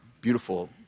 beautiful